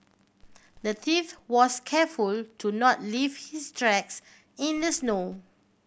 the thief was careful to not leave his tracks in the snow